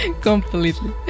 completely